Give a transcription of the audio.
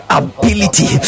ability